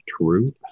truth